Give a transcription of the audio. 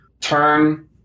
turn